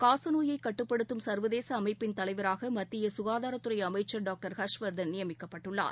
காசநோயைகட்டுப்படுத்தும் சர்வதேசஅமைப்பின் தலைவராகமத்தியசுகாதாரத்துறைஅமைச்சர் டாக்டர் ஹர்ஷ்வர்தன் நியமிக்கப்பட்டுள்ளார்